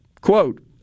quote